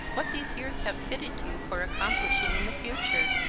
what these years have fitted you for accomplishing in the future!